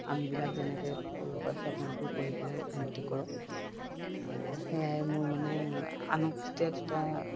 আমিবিলাক যেনেকৈ কৰিব পাৰিছোঁ আপোনালোকেও কৰি পেলাই উন্নতি কৰক সেয়াই মোৰ মানে আনক যেতিয়া তেতি